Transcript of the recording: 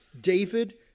David